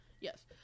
Yes